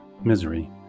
misery